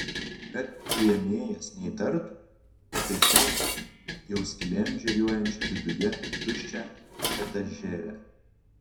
kad priėmėjas neįtartų pataisom jau skylėm žėruojančią viduje tuščią etažerę